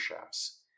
shafts